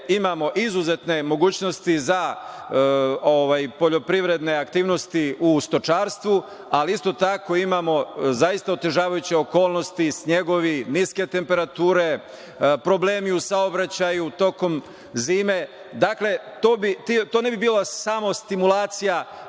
imamo izuzetne mogućnosti za poljoprivredne aktivnosti u stočarstvu, ali isto tako imamo zaista otežavajuće okolnosti, snegovi, niske temperature, problemi u saobraćaju tokom zime. Dakle, to ne bi bila samo stimulacija